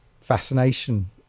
fascination